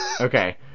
okay